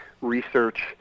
research